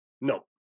no